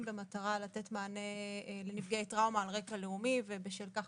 במטרה לתת מענה לנפגעי טראומה על רקע לאומי ובשל כך